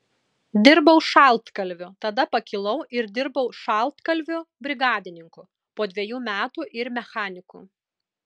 dirbau šaltkalviu tada pakilau ir dirbau šaltkalviu brigadininku po dviejų metų ir mechaniku